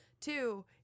Two